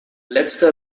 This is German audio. letzte